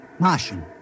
Martian